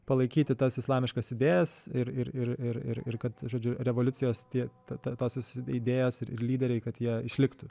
palaikyti tas islamiškas idėjas ir ir ir ir kad žodžiu revoliucijos tie ta tos visos idėjos ir lyderiai kad jie išliktų